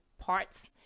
parts